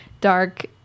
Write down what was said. dark